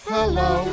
Hello